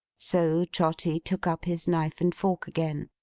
so trotty took up his knife and fork again,